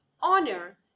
honor